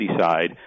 side